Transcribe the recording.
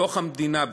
בתוך המדינה,